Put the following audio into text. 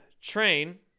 train